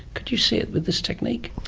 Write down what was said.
could you see it with this technique?